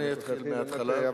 אני אתחיל מההתחלה.